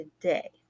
today